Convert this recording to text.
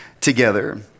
together